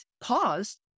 paused